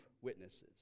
witnesses